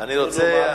אני רוצה,